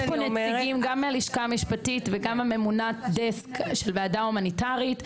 יש פה נציגים גם מהלשכה המשפטית וגם ממונת דסק של ועדה הומניטרית.